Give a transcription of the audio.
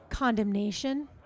condemnation